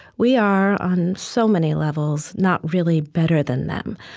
we are on so many levels not really better than them.